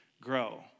grow